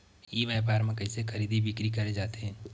ई व्यापार म कइसे खरीदी बिक्री करे जाथे?